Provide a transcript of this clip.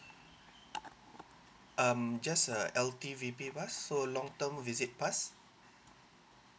um just a L_T_V_P pass so long term visit pass